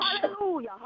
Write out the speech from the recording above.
Hallelujah